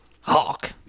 Hawk